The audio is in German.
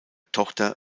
tochter